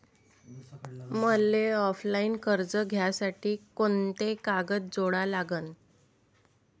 मले ऑफलाईन कर्ज घ्यासाठी कोंते कागद जोडा लागन?